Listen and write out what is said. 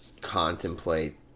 contemplate